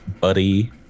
buddy